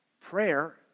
Prayer